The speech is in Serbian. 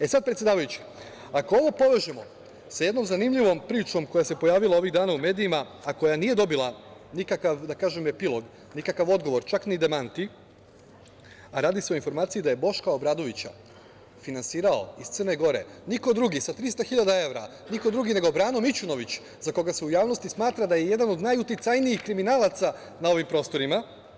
E, sada predsedavajući, ako ovo povežemo sa jednom zanimljivom pričom koja se pojavila ovih dana u medijima, a koja nije dobila nikakav, da kažem, epilog, nikakav odgovor, čak ni demanti, a radi se o informaciji da je Boška Obradovića finansirao iz Crne Gore, sa 300 hiljada evra, niko drugi nego Brano Mićunović, za koga se u javnosti smatra da je jedan od najuticajnijih kriminalaca na ovim prostorima.